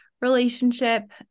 relationship